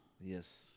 yes